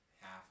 half